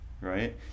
Right